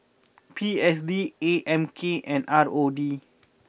P S D A M K and R O D